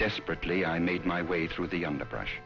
desperately i made my way through the underbrush